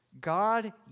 God